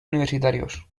universitarios